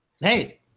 Hey